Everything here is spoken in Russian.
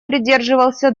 придерживался